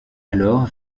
alors